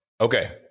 Okay